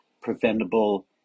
preventable